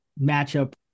matchup